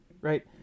right